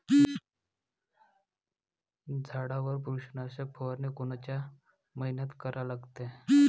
झाडावर बुरशीनाशक फवारनी कोनच्या मइन्यात करा लागते?